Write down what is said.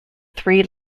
three